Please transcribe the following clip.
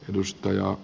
edustaja